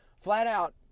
flat-out